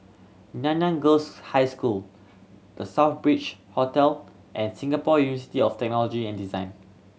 Nanyang Girls' High School The Southbridge Hotel and Singapore University of Technology and Design